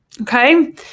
Okay